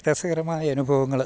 രസകരമായ അനുഭവങ്ങള്